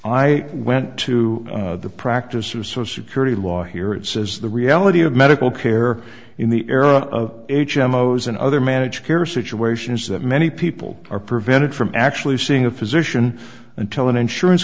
i went to the practice of so security law here it says the reality of medical care in the era of h m o's and other managed care situation is that many people are prevented from actually seeing a physician until an insurance